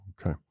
Okay